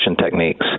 techniques